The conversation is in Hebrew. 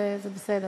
זה בסדר.